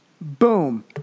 Boom